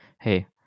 Hey